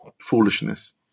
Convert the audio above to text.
foolishness